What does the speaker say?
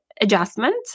adjustment